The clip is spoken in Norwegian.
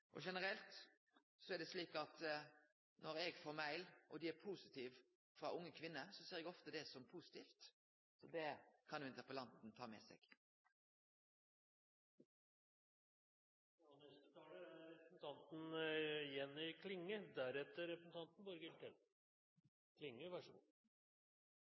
Generelt er det slik at når eg får e-post frå unge kvinner og dei er positive, ser eg ofte det som positivt. Det kan interpellanten ta med seg.